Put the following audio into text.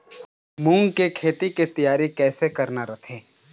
मूंग के खेती के तियारी कइसे करना रथे?